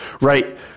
right